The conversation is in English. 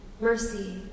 mercy